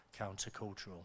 countercultural